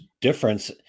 difference